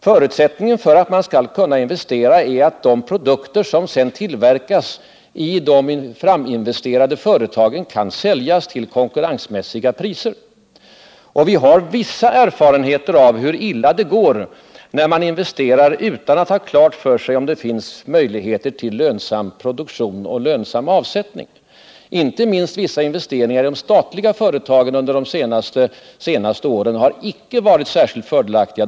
Förutsättningen för att man skall kunna investera är att de produkter som sedan tillverkas i de framinvesterade företagen kan säljas till konkurrensmässiga priser. Vi har vissa erfarenheter av hur illa det går när man investerar utan att ha klart för sig om det finns möjligheter till lönsam produktion och lönsam avsättning. Inte minst har vissa investeringar i de statliga företagen under de senaste åren icke varit särskilt fördelaktiga.